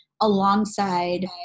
alongside